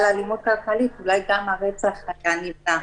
האלימות הכלכלית אולי גם הרצח היה נמנע.